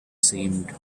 seemed